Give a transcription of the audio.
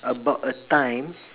about a time